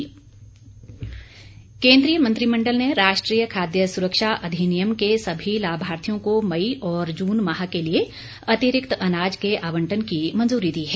केन्द्रीय मंत्रिमंडल केन्द्रीय मंत्रिमंडल ने राष्ट्रीय खाद्य सुरक्षा अधिनियम के सभी लाभार्थियों को मई और जून माह के लिए अतिरिक्त अनाज के आवंटन की मंजूरी दी है